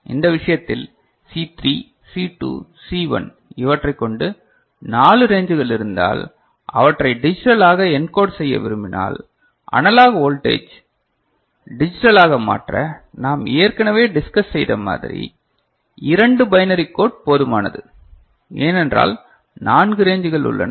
இந்த விஷயத்தில் C3 C2 C1 இவற்றைக்கொண்டு 4 ரேஞ்சுகள் இருந்தால் அவற்றை டிஜிட்டலாக என்கோட் செய்ய விரும்பினால் அனலாக் ஒல்டு ஜெய் டிஜிட்டலாக மாற்ற நாம் ஏற்கனவே டிஸ்கஸ் செய்த மாதிரி இரண்டு பைனரி கோட் போதுமானது ஏனென்றால் நான்கு ரேஞ்சுகள் உள்ளன